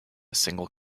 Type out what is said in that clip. single